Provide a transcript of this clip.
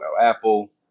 Apple